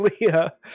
Leah